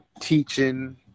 teaching